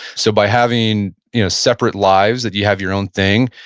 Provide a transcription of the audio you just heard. so by having you know separate lives, that you have your own thing,